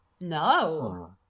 No